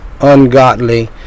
ungodly